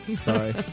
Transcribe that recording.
Sorry